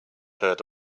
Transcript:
heard